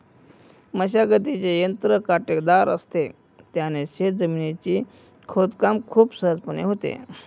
मशागतीचे यंत्र काटेदार असत, त्याने शेत जमिनीच खोदकाम खूप सहजपणे होतं